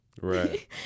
Right